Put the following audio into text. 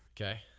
Okay